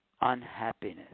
unhappiness